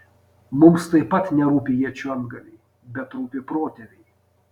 mums taip pat nerūpi iečių antgaliai bet rūpi protėviai